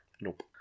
Nope